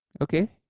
Okay